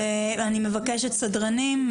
אני מבקשת סדרנים,